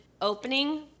opening